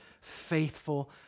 faithful